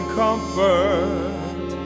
comfort